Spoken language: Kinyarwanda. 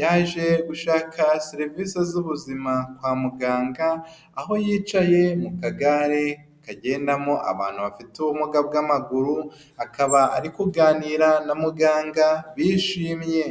yaje gushaka serivise z'ubuzima kwa muganga, aho yicaye mu kagare kagendamo abantu bafite ubumuga bw'amaguru, akaba ari kuganira na muganga bishimye.